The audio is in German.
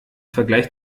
vergleich